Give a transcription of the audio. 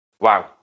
Wow